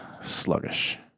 sluggish